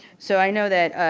so i know that